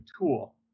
tool